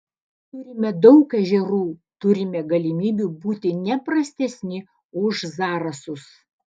turime daug ežerų turime galimybių būti ne prastesni už zarasus